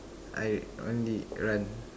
I only run